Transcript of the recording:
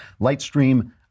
Lightstream